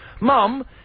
Mum